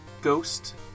ghost